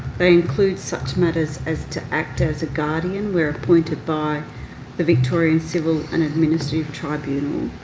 they include such matters as to act as a guardian where appointed by the victorian civil and administrative tribunal.